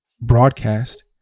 broadcast